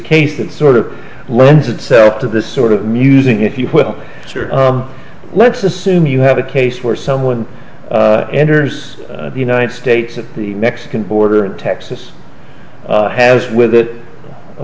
case that sort of lends itself to this sort of musing if you will let's assume you have a case where someone enters the united states at the mexican border and texas has with it a